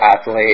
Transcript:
athlete